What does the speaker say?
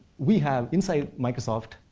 we have inside microsoft,